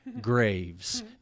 Graves